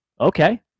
okay